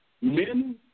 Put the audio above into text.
men